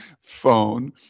phone